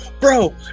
Bro